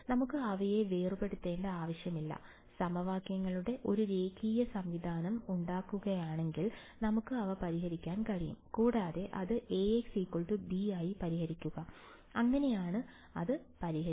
നമുക്ക് അവയെ വേർപെടുത്തേണ്ട ആവശ്യമില്ല സമവാക്യങ്ങളുടെ ഒരു രേഖീയ സംവിധാനം ഉണ്ടാക്കുന്നതിനാൽ നമുക്ക് അവ പരിഹരിക്കാൻ കഴിയും കൂടാതെ അത് Ax b ആയി പരിഹരിക്കുക അങ്ങനെയാണ് അത് പരിഹരിക്കുക